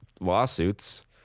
lawsuits